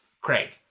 Craig